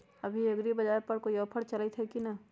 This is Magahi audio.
अभी एग्रीबाजार पर कोई ऑफर चलतई हई की न?